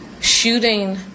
shooting